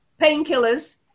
painkillers